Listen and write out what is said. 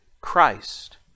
Christ